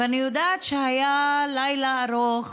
ואני יודעת שהיה לילה ארוך,